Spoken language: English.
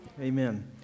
Amen